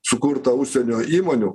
sukurta užsienio įmonių